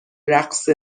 رقص